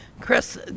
chris